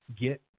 get